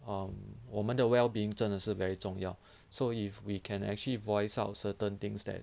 um 我们的 well-being 真的是 very 重要 so if we can actually voice out of certain things that